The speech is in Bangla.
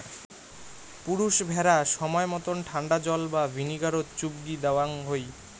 পুরুষ ভ্যাড়া সমায় মতন ঠান্ডা জল বা ভিনিগারত চুগবি দ্যাওয়ং হই